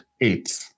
eight